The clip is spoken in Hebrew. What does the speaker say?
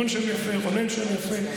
רון שם יפה, רונן שם יפה.